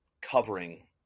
covering